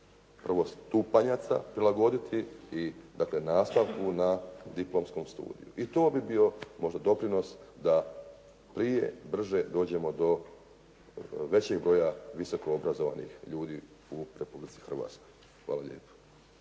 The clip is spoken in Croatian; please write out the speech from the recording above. prvostupanjaca prilagoditi i dakle nastavku na diplomskom studiju i to bi bio možda doprinos da prije brže dođemo do većeg broja visoko obrazovanih ljudi u Republici Hrvatskoj. Hvala lijepo.